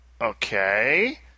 Okay